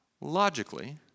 logically